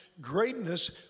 greatness